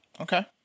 Okay